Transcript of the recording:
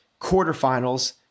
quarterfinals